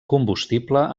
combustible